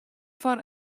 foar